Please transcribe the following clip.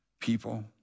people